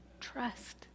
Trust